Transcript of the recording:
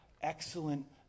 excellent